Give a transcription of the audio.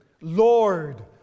Lord